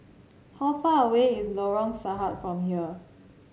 how far away is Lorong Sarhad from here